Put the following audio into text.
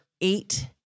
eight